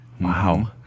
Wow